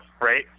right